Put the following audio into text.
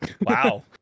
Wow